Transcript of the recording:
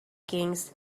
kings